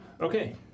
okay